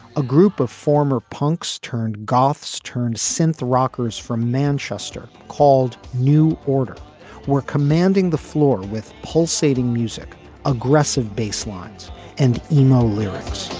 a group of former punks turned goths turned synth rockers from manchester called new order were commanding the floor with pulsating music aggressive bass lines and email lyrics